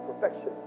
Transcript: perfection